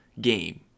game